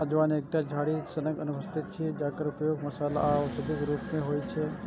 अजवाइन एकटा झाड़ी सनक वनस्पति छियै, जकर उपयोग मसाला आ औषधिक रूप मे होइ छै